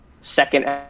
second